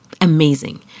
Amazing